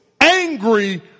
angry